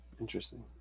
Interesting